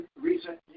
recent